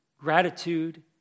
gratitude